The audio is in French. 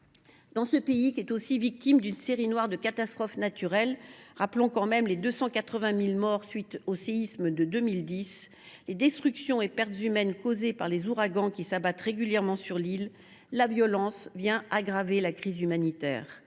Dans ce pays, qui est aussi victime d’une série noire de catastrophes naturelles – rappelons les 280 000 morts ayant suivi le séisme de 2010, ainsi que les destructions et pertes humaines causées par les ouragans qui s’abattent régulièrement sur l’île –, la violence vient aggraver la crise humanitaire.